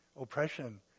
oppression